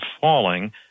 falling